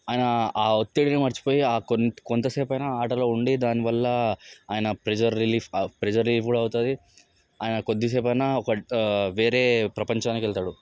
ఆయన ఆ ఒత్తిడిని మరిచిపోయి ఆ కొం కొంత సేపు అయిన ఆటలో ఉండి దాని వల్ల ఆయన ప్రెషర్ రిలీఫ్ ప్రెషర్ రిలీఫ్ కూడా అవుతుంది ఆయన ఆ కొద్ది సేపు అయిన ఒక వేరే ప్రంపంచానికి వెళ్తాడు